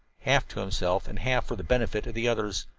half to himself and half for the benefit of the others,